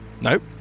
Nope